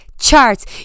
charts